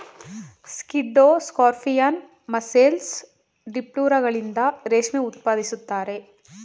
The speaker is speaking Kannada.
ಸ್ಕಿಡ್ಡೋ ಸ್ಕಾರ್ಪಿಯನ್, ಮಸ್ಸೆಲ್, ಡಿಪ್ಲುರಗಳಿಂದ ರೇಷ್ಮೆ ಉತ್ಪಾದಿಸುತ್ತಾರೆ